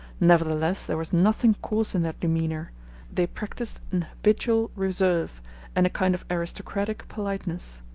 nevertheless there was nothing coarse in their demeanor they practised an habitual reserve and a kind of aristocratic politeness.